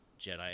Jedi